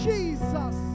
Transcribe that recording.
Jesus